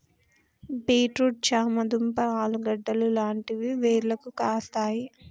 beat root చామ దుంప ఆలుగడ్డలు లాంటివి వేర్లకు కాస్తాయి